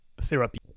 therapy